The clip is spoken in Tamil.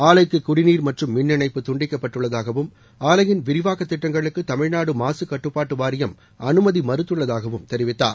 ஆலைக்கு குடிநீர் மற்றும் மின் இணைப்பு துண்டிக்கப்பட்டுள்ளதாகவும் ஆலையின் விரிவாக்க திட்டங்களுக்கு தமிழ்நாடு மாசு கட்டுப்பாட்டு வாரியம் அனுமதி மறுத்துள்ளதாகவும் தெரிவித்தார்